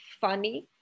funny